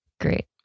Great